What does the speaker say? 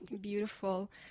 Beautiful